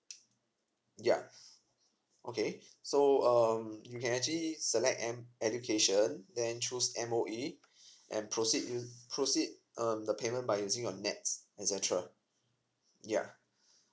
yea okay so um you can actually select M education then choose M_O_E and proceed you proceed um the payment by using your nets etcetera yeah